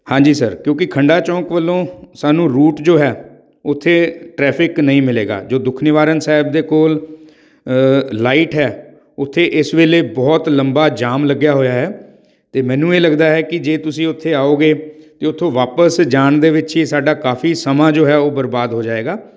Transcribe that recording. ਹਾਂਜੀ ਸਰ ਕਿਉਂਕਿ ਖੰਡਾ ਚੌਂਕ ਵੱਲੋਂ ਸਾਨੂੰ ਰੂਟ ਜੋ ਹੈ ਉੱਥੇ ਟਰੈਫਿਕ ਨਹੀਂ ਮਿਲੇਗਾ ਜੋ ਦੁੱਖ ਨਿਵਾਰਨ ਸਾਹਿਬ ਦੇ ਕੋਲ ਲਾਈਟ ਹੈ ਉੱਥੇ ਇਸ ਵੇਲੇ ਬਹੁਤ ਲੰਬਾ ਜਾਮ ਲੱਗਿਆ ਹੋਇਆ ਅਤੇ ਮੈਨੂੰ ਇਹ ਲੱਗਦਾ ਹੈ ਕਿ ਜੇ ਤੁਸੀਂ ਉੱਥੇ ਆਓਗੇ ਤਾਂ ਉੱਥੋਂ ਵਾਪਸ ਜਾਣ ਦੇ ਵਿੱਚ ਹੀ ਸਾਡਾ ਕਾਫ਼ੀ ਸਮਾਂ ਜੋ ਹੈ ਉਹ ਬਰਬਾਦ ਹੋ ਜਾਵੇਗਾ